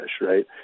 right